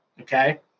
okay